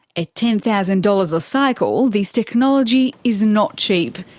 at ten thousand dollars a cycle, this technology is not cheap,